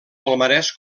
palmarès